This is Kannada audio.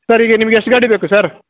ಸರ್ ಈಗ ನಿಮಗೆ ಎಷ್ಟು ಗಾಡಿ ಬೇಕು ಸರ್